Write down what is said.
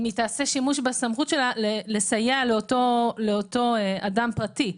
אם היא תעשה שימוש בסמכות שלה לסייע לאותו אדם פרטי,